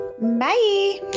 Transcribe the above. Bye